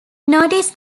notice